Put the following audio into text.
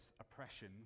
oppression